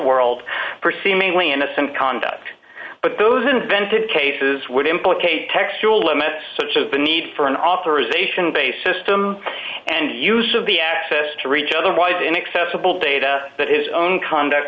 world for seemingly innocent conduct but those invented cases would implicate textual limits such as the need for an authorization based system and use of the access to reach otherwise inaccessible data that his own conduct